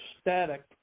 static